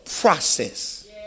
process